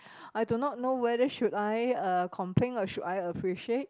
I do not know whether should I uh complain or should I appreciate